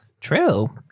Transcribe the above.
True